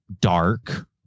dark